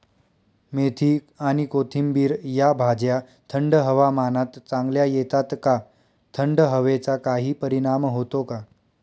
मेथी आणि कोथिंबिर या भाज्या थंड हवामानात चांगल्या येतात का? थंड हवेचा काही परिणाम होतो का?